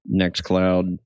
NextCloud